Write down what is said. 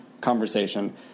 conversation